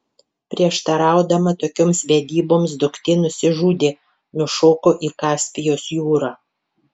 prieštaraudama tokioms vedyboms duktė nusižudė nušoko į kaspijos jūrą